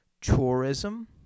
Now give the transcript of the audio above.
tourism